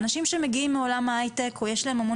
אנשים שמגיעים מעולם ההייטק או יש להם המון